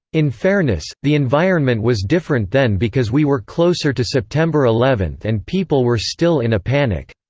in fairness, the environment was different then because we were closer to september eleven and people were still in a panic.